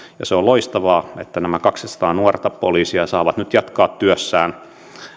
ja se on loistavaa että nämä kaksisataa nuorta poliisia saavat nyt jatkaa työssään